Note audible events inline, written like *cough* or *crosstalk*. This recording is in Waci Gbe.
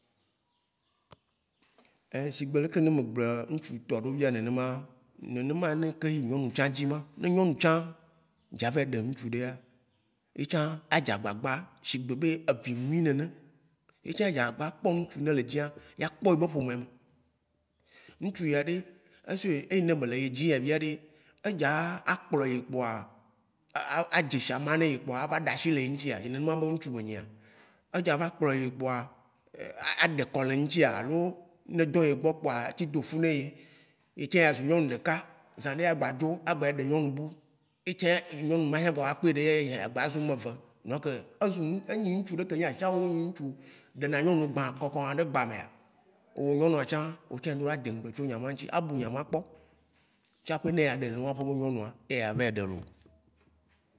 . *hesitation* Shigbe leke ne me gblɔ ŋsu tɔ ɖo fia nene ma, nene ma ke yi nyɔnu tsã dzi ma. Ne nyɔnu tsã dza va yi ɖe ŋtsu ɖea, etsã a dzagbagba shigbe be evio nyi nene, etsã a dzagbagba kpɔ ŋtsu ne le dzia ya kpɔ ebe ƒome nu. Ŋtsu ya ɖe ene be le yidzi ya ɖe edza a kplɔe kpoa, a- adze shama nɛ kpoa a va ɖashi le eŋtsia, nene ma ŋtsu enyi a. Edza va kplɔe kpoa *hesitation* aɖeŋkɔ le eŋtsia alo ne ɖo egbɔ kpoa a tsi do fu ne etsã ya zu nyɔnu ɖeka, zã ɖea gba dzo a gba ya ɖe nyɔnu bu etsã, nyɔnu ma tsã dza va kpe ɖea mia gba zu ame ve. Donc, ezu nu, enyi ŋtsu ɖe ke nyi ashawo ŋtsu ɖe na nyɔnu gba kɔ kɔna ɖe gba mea, wo nyɔnua tsã o tsã eɖo la de ŋgbe tso nya wã ŋtsi, a bu nya ma kpɔ tsa ƒe be ne ya ɖe nene ma ƒe ŋtsu nɔnua eya vɛ ɖe lo.